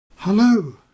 Hello